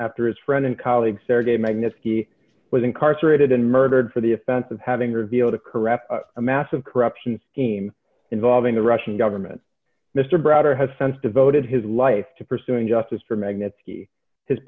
after his friend and colleague sergei magnitsky was incarcerated and murdered for the offense of having revealed a corrupt a massive corruption scheme involving the russian government mr browder has sent devoted his life to pursuing justice for magnets his